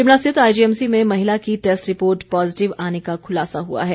शिमला स्थित आईजीएमसी में महिला की टैस्ट रिपोर्ट पॉजिटिव आने का खुलासा हुआ है